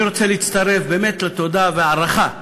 אני רוצה להצטרף באמת לתודה ולהערכה,